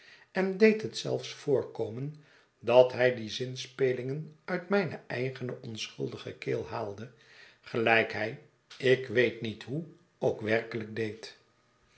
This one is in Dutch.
en deed het zelfs voorkomen dat hij die zinspelingen uit mijne eigen onschuldige keel haalde gelijk hij ik weet niet hoe ook werkelijk deed